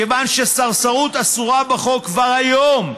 כיוון שסרסרות אסורה בחוק כבר היום,